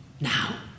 now